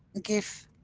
give,